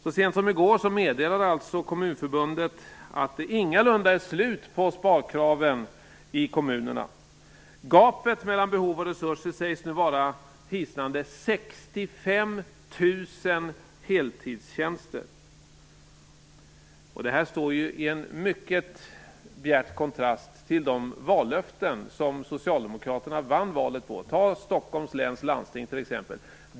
Så sent som i går meddelade Kommunförbundet att det ingalunda är slut på sparkraven i kommunerna. Gapet mellan behov och resurser sägs nu vara hisnande 65 000 heltidstjänster. Det här står i mycket bjärt kontrast till de vallöften som Socialdemokraterna vann valet på. Ta t.ex. Stockholms läns landsting!